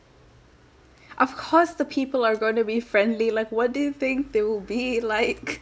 of course the people are going to be friendly like what do you think they will be like